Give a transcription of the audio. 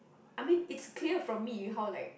I mean it's clear from me you how like